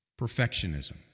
Perfectionism